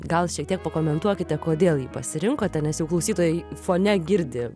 gal šiek tiek pakomentuokite kodėl jį pasirinkote nes jau klausytojai fone girdi